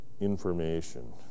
information